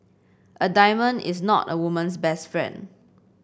a diamond is not a woman's best friend